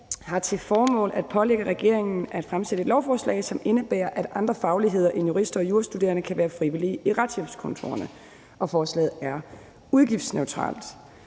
har til formål at pålægge regeringen at fremsætte et lovforslag, som indebærer, at andre fagligheder end jurister og jurastuderende kan være frivillige i retshjælpskontorerne, og forslaget er udgiftsneutralt.